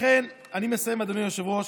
לכן אני מסיים, אדוני היושב-ראש,